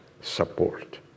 support